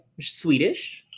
Swedish